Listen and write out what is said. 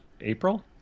april